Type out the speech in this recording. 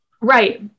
Right